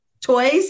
toys